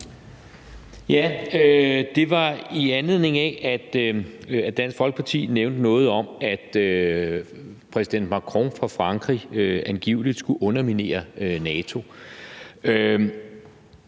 (V): Det er i anledning af, at Dansk Folkeparti nævnte noget om, at præsident Macron fra Frankrig angiveligt skulle underminere NATO.